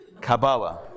Kabbalah